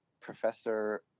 professor